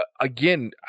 again